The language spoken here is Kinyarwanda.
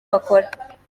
bakora